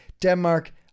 Denmark